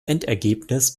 endergebnis